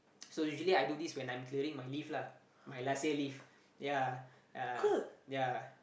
so usually I do this when I'm clearing my leave lah my last year leave ya yeah ya